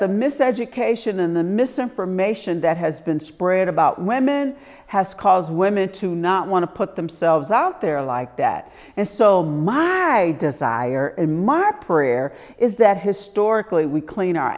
the miseducation and the misinformation that has been spread about women has cause women to not want to put themselves out there like that and so my desire in my prayer is that historically we clean